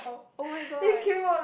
oh-my-god